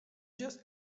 just